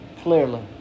clearly